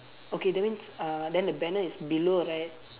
okay that means uh then the banner is below right